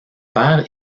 père